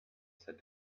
said